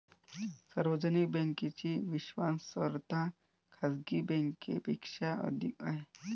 सार्वजनिक बँकेची विश्वासार्हता खाजगी बँकांपेक्षा अधिक आहे